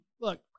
look